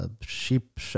sheep